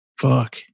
fuck